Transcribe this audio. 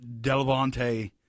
Delavante –